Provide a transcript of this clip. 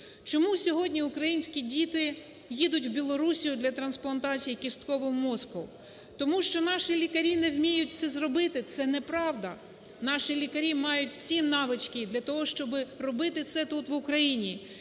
Чому сьогодні українські діти їдуть в Білорусію для трансплантацію кісткового мозку? Тому що наші лікарі не вміють це зробити. Це неправда. Наші лікарі мають всі навички для того, щоби робити це тут в Україні,